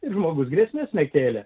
žmogus grėsmės nekėlė